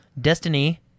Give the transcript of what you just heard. Destiny